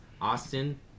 austin